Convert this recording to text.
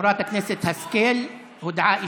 לחברת הכנסת השכל הודעה אישית.